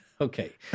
Okay